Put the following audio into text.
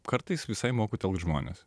kartais visai moku telkt žmones